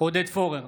עודד פורר,